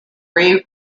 reeve